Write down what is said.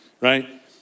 right